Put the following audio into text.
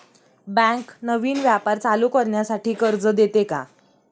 Bank नवीन व्यापार चालू करण्यासाठी कर्ज देते का?